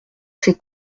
ces